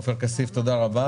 תודה.